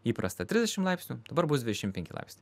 įprasta trisdešim laipsnių dabar bus dvidešim penki laipsniai